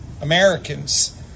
Americans